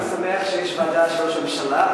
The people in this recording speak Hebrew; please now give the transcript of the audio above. לא, אני שמח שיש ועדה של ראש הממשלה.